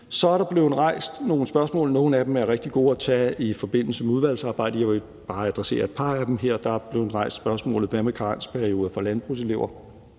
Så er der blevet rejst nogle spørgsmål. Nogle af dem er rigtig gode at tage i forbindelse med udvalgsarbejdet. Jeg vil bare adressere et par af dem her. Der er blevet rejst et spørgsmål om karensperioden for landbrugselever.